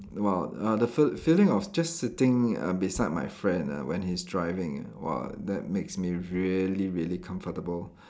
!wow! uh the feel~ feeling of just sitting uh beside my friend ah when he's driving ah !wah! that makes me really really comfortable